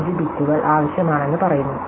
25 ബിറ്റുകൾ ആവശ്യമാണെന്ന് പറയുന്നു